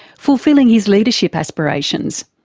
fulfilling his leadership aspirations.